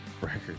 record